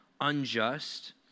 unjust